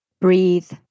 breathe